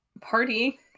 party